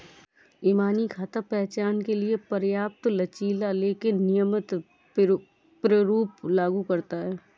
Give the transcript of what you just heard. इबानी खाता पहचान के लिए पर्याप्त लचीला लेकिन नियमित प्रारूप लागू करता है